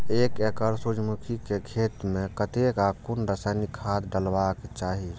एक एकड़ सूर्यमुखी केय खेत मेय कतेक आ कुन रासायनिक खाद डलबाक चाहि?